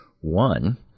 One